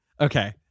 Okay